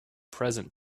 present